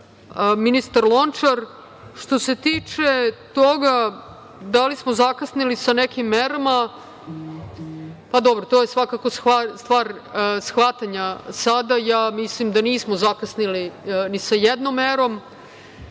ministar Lončar. Što se tiče toga da li smo zakasnili sa nekim merama, pa dobro to je svakako stvar shvatanja, sada ja mislim da nismo zakasnili ni sa jednom merom.